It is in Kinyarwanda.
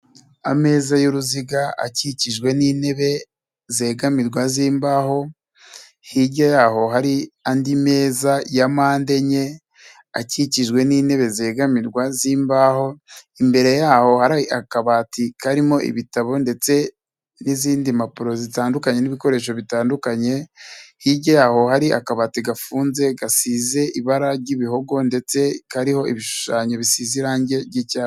Ameza y'uruziga akikijwe n'intebe zegamirwa z'imbaho, hirya y'aho hari andi meza ya mpande enye akikijwe n'intebe zegamirwa z'imbaho, imbere yaho hari akabati karimo ibitabo ndetse n'izindi mpapuro zitandukanye n'ibikoresho bitandukanye, hirya y'aho hari akabati gafunze gasize ibara ry'ibihogo ndetse kariho ibishushanyo bisize irangi ry'icyatsi.